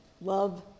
love